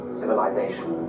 civilization